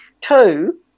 Two